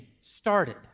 started